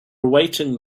awaiting